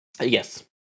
Yes